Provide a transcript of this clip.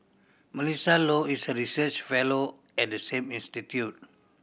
Melissa Low is a research fellow at the same institute